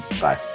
Bye